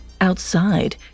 Outside